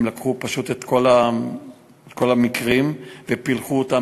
הם לקחו את כל המקרים ופילחו אותם